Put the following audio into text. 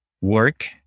work